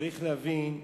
צריך להבין שכתוב: